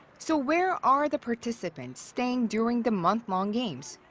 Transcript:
so where are the participants staying during the month-long games?